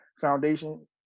foundation